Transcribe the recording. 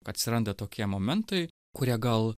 atsiranda tokie momentai kurie gal